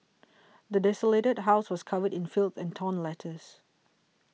the desolated house was covered in filth and torn letters